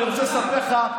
אני רוצה לספר לך,